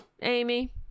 Amy